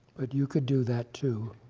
but you could do that too.